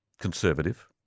conservative